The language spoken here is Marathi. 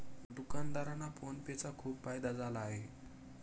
दुकानदारांना फोन पे चा खूप फायदा झाला आहे